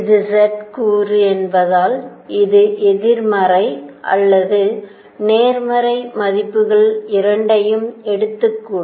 இது z கூறு என்பதால் இது எதிர்மறை அல்லது நேர்மறை மதிப்புகளை இரண்டையும் எடுக்கக்கூடும்